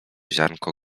ziarnko